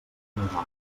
nosaltres